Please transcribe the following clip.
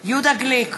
יהודה גליק,